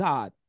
God